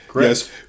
Yes